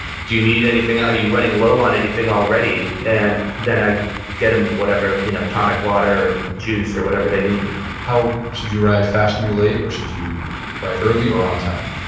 do you need anything? are you running low on anything already? and then i get them whatever, you know tonic water or juice or whatever they need how should you arrive, fashionably late, or should you arrive early or on time?